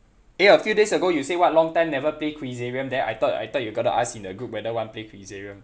eh a few days ago you say what long time never play quizarium then I thought I thought you gonna ask in the group whether want to play quizarium